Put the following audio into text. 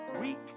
weak